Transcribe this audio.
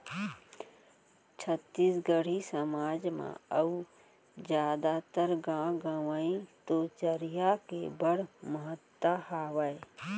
छत्तीसगढ़ी समाज म अउ जादातर गॉंव गँवई तो चरिहा के बड़ महत्ता हावय